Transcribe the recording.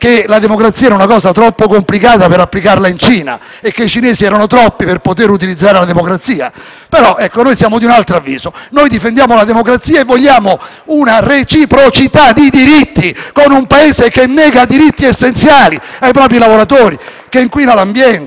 Noi difendiamo la democrazia e vogliamo una reciprocità di diritti con un Paese che nega diritti essenziali ai propri lavoratori e che inquina l'ambiente. Questo a noi preoccupa di questa intesa, di questo negoziato e di questo misterioso